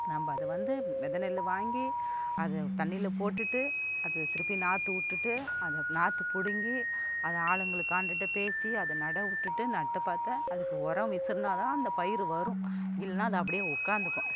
நம்ம அதை வந்து விதை நெல் வாங்கி அதை தண்ணீர்ல போட்டுட்டு அது திருப்பி நாற்று விட்டுட்டு அதை நாற்றுப் புடுங்கி அதை ஆளுங்களுக்கு கான்ட்ராக்ட் பேசி அதை நடவிட்டுட்டு நட்டுப் பார்த்தா அது உரம் விசுருனால் தான் அந்தப் பயிறு வரும் இல்லைனா அது அப்படியே உட்காந்துக்கும்